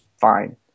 fine